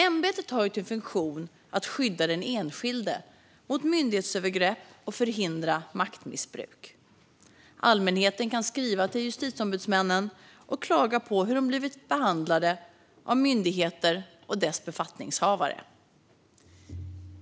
Ämbetet har till funktion att skydda den enskilde mot myndighetsövergrepp och att förhindra maktmissbruk. Allmänheten kan skriva till justitieombudsmännen och klaga på hur de blivit behandlade av myndigheter och deras befattningshavare.